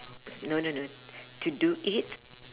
no no no to do it